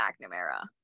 McNamara